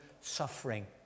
suffering